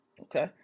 Okay